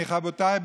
רבותיי,